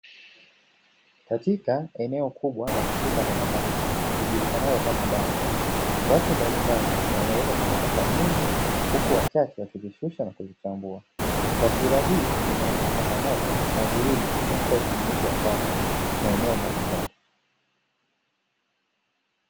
Katika eneo kubwa la kutupa takataka, kujulikanalo kama dampo watu mbalimbali, wameweka taka nyingi huku wachache wakijishusha na kujitambua rasira hii inaonyesha changamoto bali uje katika usimamizi wa sasa maeneo mbalimbali.